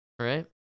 right